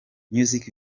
music